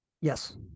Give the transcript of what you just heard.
yes